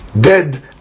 dead